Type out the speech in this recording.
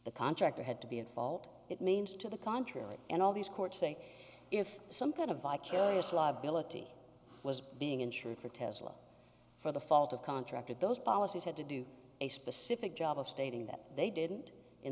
the contractor had to be at fault it means to the contrary and all these courts say if some kind of vicarious liability was being insured for tesla for the fault of contracted those policies had to do a specific job of stating that they did